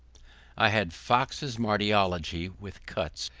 i had fox's martyrology with cuts,